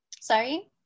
sorry